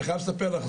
אני חייב לספר לך,